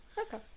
Okay